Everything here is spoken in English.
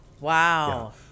Wow